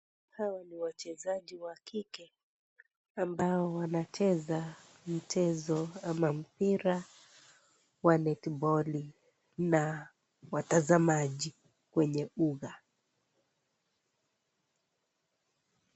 Hawa ni wachezaji wa kike ambao wanacheza mchezo ama mpira wa netiboli, huku watazamaji wakiwa kwenye uga.